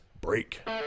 break